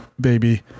baby